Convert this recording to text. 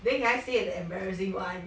then can I say an embarrassing [one]